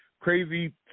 Crazy